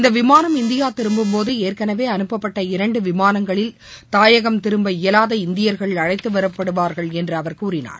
இந்த விமானம் இந்தியா திரும்பும்போது ஏற்கனவே அனுப்பப்பட்ட இரண்டு விமானங்களில் தாயகம் திரும்ப இயலாத இந்தியர்கள் அழைத்து வரப்படுவார்கள் என்று அவர் கூறினார்